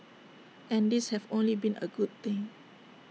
and these have only been A good thing